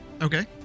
Okay